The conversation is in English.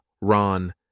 Ron